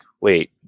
wait